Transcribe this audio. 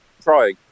trying